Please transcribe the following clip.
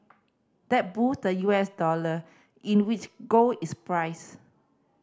that boosted the U S dollar in which gold is priced